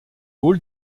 hall